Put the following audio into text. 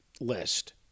list